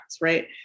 right